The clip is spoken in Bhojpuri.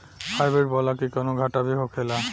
हाइब्रिड बोला के कौनो घाटा भी होखेला?